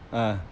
uh